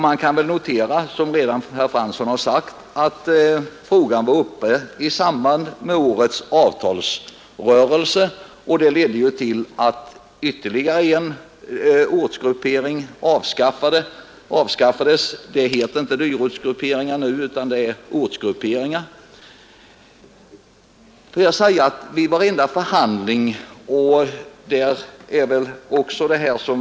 Man kan väl notera, som herr Fransson redan har nämnt, att frågan var uppe i samband med årets avtalsrörelse, vilket ledde till att ytterligare en ortsgruppering avskaffades. Det heter för övrigt inte dyrortsgruppering nu utan ortsgruppering. Vid nästan varenda förhandling har alltså denna fråga varit uppe.